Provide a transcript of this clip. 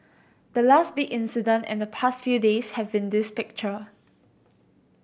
the last big incident in the past few days have been this picture